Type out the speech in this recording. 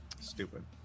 Stupid